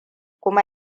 kuma